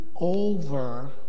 over